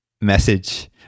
message